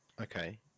Okay